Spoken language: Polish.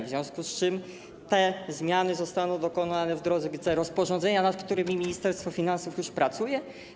W związku z tym te zmiany zostaną dokonane w drodze rozporządzenia, nad którym Ministerstwo Finansów już pracuje.